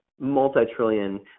multi-trillion